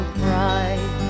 bright